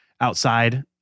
outside